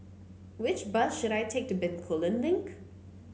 which bus should I take to Bencoolen Link